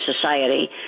society